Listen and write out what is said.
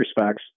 respects